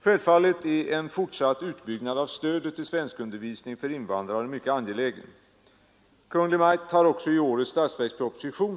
Självfallet är en fortsatt utbyggnad av stödet till svenskundervisning för invandrare mycket angelägen. Kungl. Maj:t har också i årets statsverksproposition (bil.